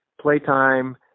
playtime